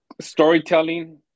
Storytelling